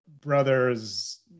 brothers